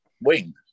wing